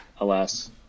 alas